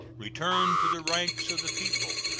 return to the ranks of the people,